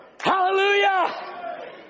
hallelujah